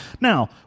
Now